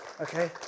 Okay